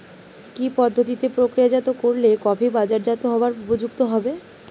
কি পদ্ধতিতে প্রক্রিয়াজাত করলে কফি বাজারজাত হবার উপযুক্ত হবে?